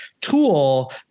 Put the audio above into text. tool